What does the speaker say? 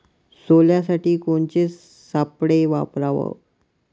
सोल्यासाठी कोनचे सापळे वापराव?